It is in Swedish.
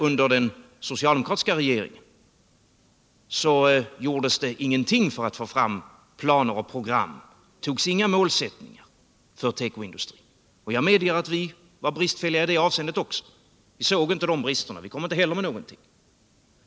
Under den socialdemokratiska regeringens tid gjordes det ingenting för att få fram planer och program. Det sattes inte upp några mål för tekoindustrin. Jag medger att även vår politik var bristfällig i det avseendet. Vi såg inte bristerna och kom inte heller med några förslag.